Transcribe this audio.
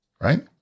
right